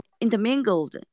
intermingled